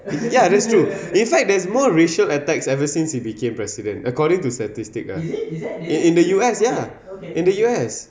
ya that's true in fact there's more racial attacks ever since he became president according to statistics ah in the U_S ya in the U_S